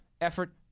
effort